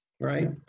right